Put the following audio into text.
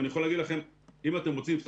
אני יכול לומר לכם שאם אתם רוצים לבדוק